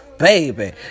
Baby